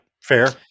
Fair